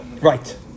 Right